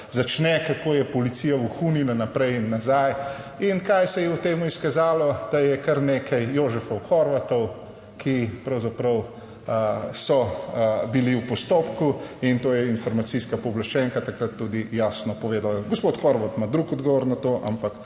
začne kako je policija vohunila naprej in nazaj, in kaj se je v tem izkazalo? Da je kar nekaj Jožefov Horvatov, ki pravzaprav so bili v postopku in to je informacijska pooblaščenka takrat tudi jasno povedala, gospod Horvat ima drug odgovor na to, ampak